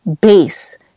base